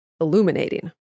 illuminating